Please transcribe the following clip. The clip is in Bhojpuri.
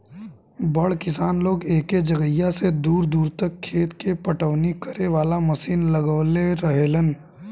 बड़ किसान लोग एके जगहिया से दूर दूर तक खेत के पटवनी करे वाला मशीन लगवले रहेलन